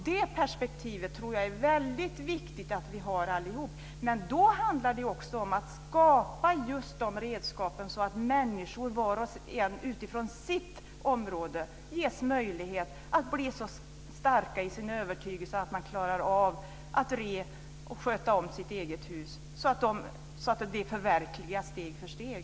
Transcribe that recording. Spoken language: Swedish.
Det perspektivet tror jag är väldigt viktigt att vi har allihop. Men då handlar det också om att skapa just de redskapen, så att människor, var och en utifrån sitt område, ges möjlighet att bli så starka i sin övertygelse att de klarar av att sköta om sitt eget hus så att detta förverkligas steg för steg.